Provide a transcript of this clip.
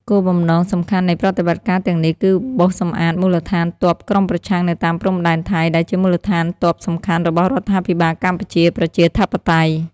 គោលបំណងសំខាន់នៃប្រតិបត្តិការទាំងនេះគឺបោសសម្អាតមូលដ្ឋានទ័ពក្រុមប្រឆាំងនៅតាមព្រំដែនថៃ ដែលជាមូលដ្ឋានទ័ពសំខាន់របស់រដ្ឋាភិបាលកម្ពុជាប្រជាធិបតេយ្យ ។